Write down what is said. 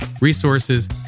resources